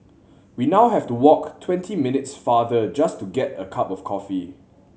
we now have to walk twenty minutes farther just to get a cup of coffee